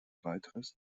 weiteres